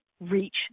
reach